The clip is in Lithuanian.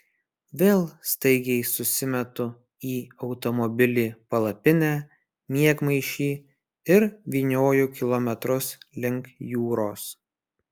vėl staigiai susimetu į automobilį palapinę miegmaišį ir vynioju kilometrus link jūros